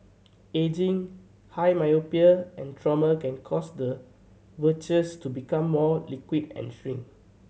ageing high myopia and trauma can cause the vitreous to become more liquid and shrink